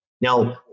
Now